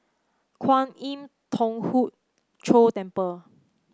Kwan Im Thong Hood Cho Temple